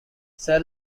sir